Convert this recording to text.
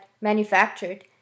manufactured